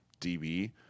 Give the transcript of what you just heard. db